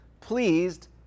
pleased